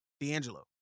D'Angelo